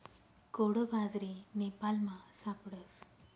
कोडो बाजरी नेपालमा सापडस